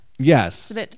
Yes